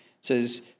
says